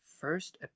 first